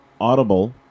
audible